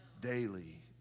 daily